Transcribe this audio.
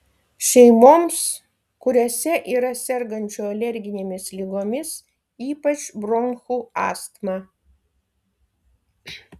šeimoms kuriose yra sergančių alerginėmis ligomis ypač bronchų astma